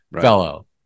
fellow